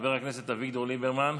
חבר הכנסת אביגדור ליברמן,